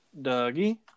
Dougie